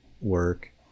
work